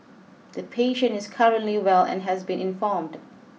the patient is currently well and has been informed